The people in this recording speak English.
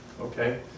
okay